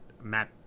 Matt